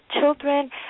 children